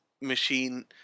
machine